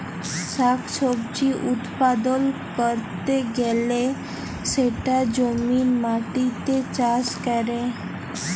শাক সবজি উৎপাদল ক্যরতে গ্যালে সেটা জমির মাটিতে চাষ ক্যরে